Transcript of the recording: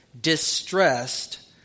distressed